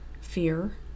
fear